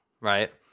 right